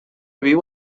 viu